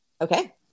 Okay